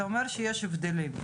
אתה אומר שיש הבדלים,